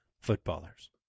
footballers